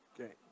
Okay